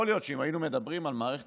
יכול להיות שאם היינו מדברים על מערכת